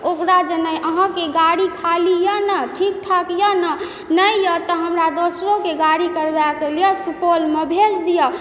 ओकरा जेनाइ अहाँके गाड़ी खाली यऽ ने ठीक ठाक यऽ ने नहि यऽ तऽ हमरा दोसरोके गाड़ी करबाके लिये सुपौलमे भेज दिअ